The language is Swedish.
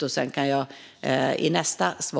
I nästa inlägg kan